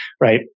right